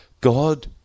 God